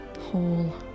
whole